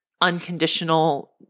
unconditional